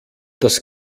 das